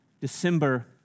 December